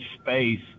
space